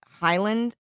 Highland